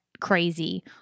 crazy